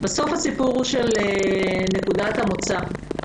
בסוף הסיפור הוא של נקודת המוצא.